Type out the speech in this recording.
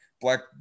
black